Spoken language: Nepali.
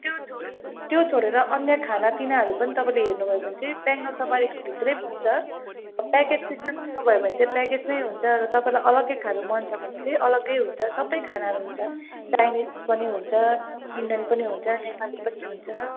त्यो छोडे त्यो छोडेर अन्य खानापिनाहरू पनि तपाईँले हेर्नु भयो चाहिँ बेङ्गाल सफारीको भित्रै पाउँछ प्याकेट सिस्टम लिनु भयो भने चाहिँ प्याकेट नै हुन्छ तपाईँलाई अलग्गै खानु मन छ भने चाहिँ अलग्गै हुन्छ सबै खानाहरू हुन्छ चाइनिस पनि हुन्छ इन्डियन पनि हुन्छ नेपाली पनि हुन्छ